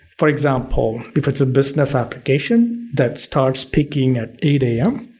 for example if it's a business application that starts peaking at eight a m.